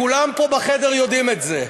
כולם פה בחדר יודעים את זה.